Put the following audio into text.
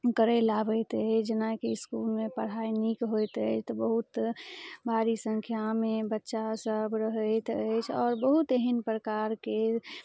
करय लए आबैत अछि जेनाकि इसकुलमे पढ़ाइ नीक होइत अछि तऽ बहुत भारी सङ्ख्यामे बच्चा सभ रहैत अछि आओर बहुत एहन प्रकारके